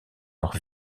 leur